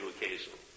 occasionally